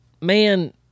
man